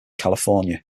california